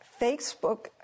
Facebook